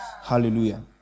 Hallelujah